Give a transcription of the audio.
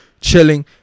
chilling